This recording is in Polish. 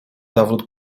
zawrót